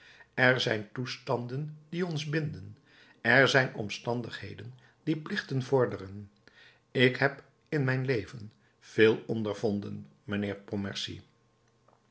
er zijn toestanden die ons binden er zijn omstandigheden die plichten vorderen ik heb in mijn leven veel ondervonden mijnheer